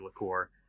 liqueur